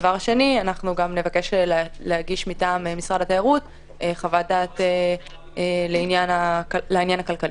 אנחנו גם נבקש להגיש מטעם משרד התיירות חוות דעת לעניין הכלכלי.